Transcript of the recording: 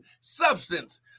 substance